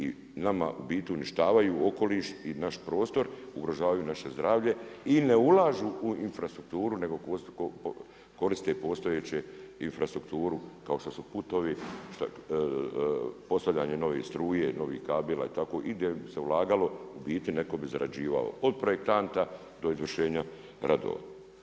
I nama u biti uništavaju okoliš i naš prostor, ugrožavaju naše zdravlje i ne ulažu u infrastrukturu nego koriste postojeće infrastrukturu kao što su putovi, postavljanje nove struje, novih kabela i tako i da bi se ulagalo, u biti netko bi zarađivao, od projektanta do izvršenja radova.